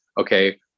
okay